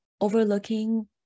overlooking